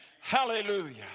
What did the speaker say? Hallelujah